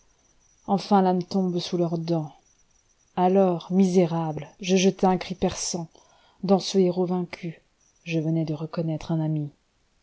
enfin l'âne tombe sous leurs dents alors misérable je jetai un cri perçant dans ce héros vaincu je venais de reconnaître un ami